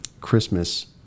Christmas